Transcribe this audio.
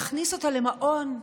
להכניס אותו למעון?